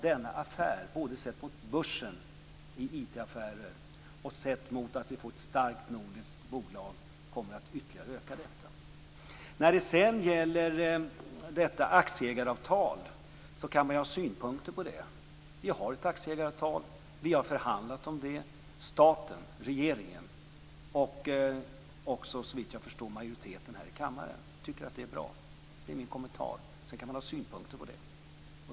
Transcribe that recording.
Denna affär kommer att ytterligare öka framgången, sett både mot börsen för IT-affärer och att vi får ett starkt nordiskt bolag. Man kan ha synpunkter på aktieägaravtalet. Vi har ett aktieägaravtal. Vi har förhandlat om det. Staten, regeringen, och majoriteten här i kammaren tycker att det är bra. Det är min kommentar. Sedan kan man ha synpunkter på det.